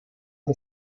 que